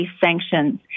sanctions